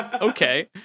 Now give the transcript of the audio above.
okay